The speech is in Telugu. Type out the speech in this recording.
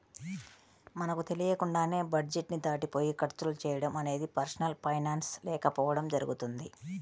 మనకు తెలియకుండానే బడ్జెట్ ని దాటిపోయి ఖర్చులు చేయడం అనేది పర్సనల్ ఫైనాన్స్ లేకపోవడం జరుగుతుంది